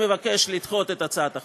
אני מבקש לדחות את הצעת החוק.